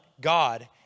God